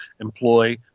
employ